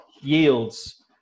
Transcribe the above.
yields